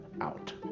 out